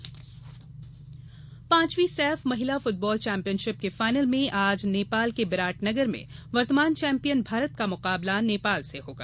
महिला फ्टबाल पाचंवीं सैफ महिला फुटबॉल चैंपियनशिप के फाइनल में आज नेपाल के बिराटनगर में वर्तमान चौंपियन भारत का मुकाबला नेपाल से होगा